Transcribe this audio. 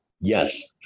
Yes